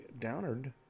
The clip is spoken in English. Downard